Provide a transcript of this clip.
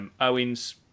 Owens